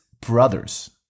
brothers